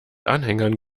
anhängern